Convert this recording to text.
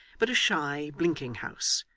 but a shy, blinking house,